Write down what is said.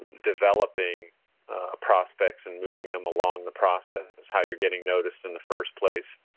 developing prospects and moving them along the process. it's how you're getting noticed in the first place.